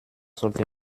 sollte